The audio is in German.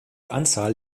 anzahl